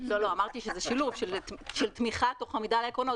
אמרתי שזה שילוב של תמיכה תוך עמידה על העקרונות.